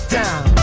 down